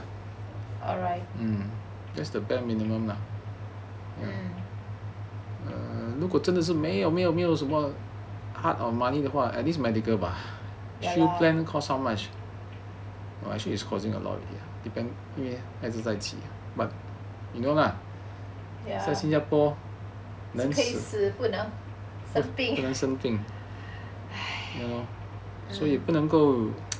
alright mm 人可以死不能生病